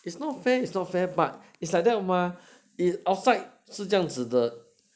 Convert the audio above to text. it's not fair it's not fair but it's like that mah it outside 是这样子的